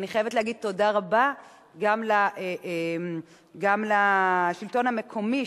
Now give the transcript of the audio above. אני חייבת להגיד תודה רבה גם לשלטון המקומי,